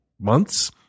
months